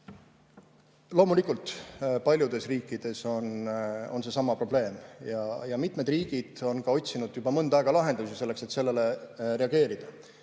Loomulikult paljudes riikides on seesama probleem ja mitmed riigid on otsinud juba mõnda aega lahendusi selleks, et sellele reageerida